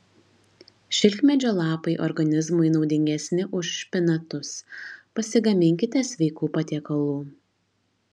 šilkmedžio lapai organizmui naudingesni už špinatus pasigaminkite sveikų patiekalų